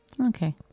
Okay